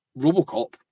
Robocop